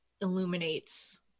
illuminates